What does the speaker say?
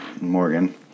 Morgan